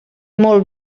molt